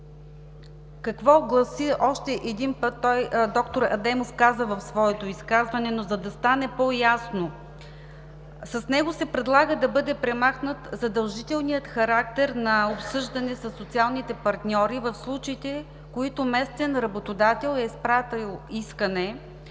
доктор Адемов още един път каза в своето изказване, но за да стане по-ясно – с него се предлага да бъде премахнат задължителният характер на обсъждане със социалните партньори в случаите, в които местен работодател е изпратил искане